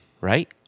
Right